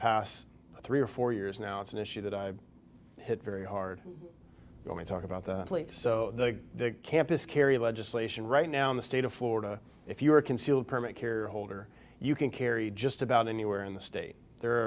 past three or four years now it's an issue that i hit very hard when talk about the police so the campus carry legislation right now in the state of florida if you're a concealed permit here holder you can carry just about anywhere in the state there